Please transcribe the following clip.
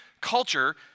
culture